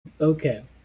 Okay